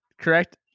correct